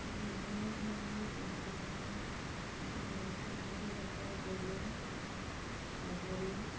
বিভিন্ন ধৰণৰ পশু যেনে উন্নত জাতৰ গৰু ছাগলী